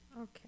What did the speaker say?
Okay